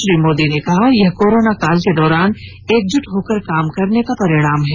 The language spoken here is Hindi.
श्री मोदी ने कहा कि यह कोरोनाकाल के दौरान एकजुट होकर काम करने का परिणाम है